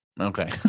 Okay